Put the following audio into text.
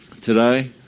today